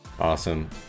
Awesome